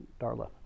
Darla